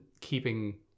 keeping